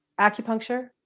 acupuncture